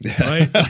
right